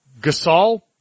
Gasol